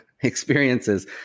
experiences